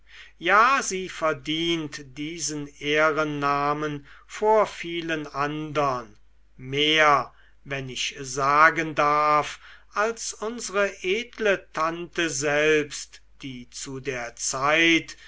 ja sie verdient diesen ehrennamen vor vielen andern mehr wenn ich sagen darf als unsre edle tante selbst die zu der zeit